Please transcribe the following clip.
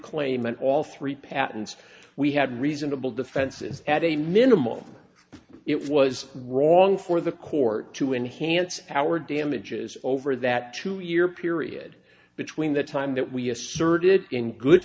claim and all three patents we had reasonable defenses at a minimal it was wrong for the court to enhance our damages over that two year period between the time that we asserted in good